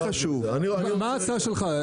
מה הרעיון שלך?